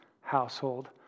household